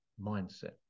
mindset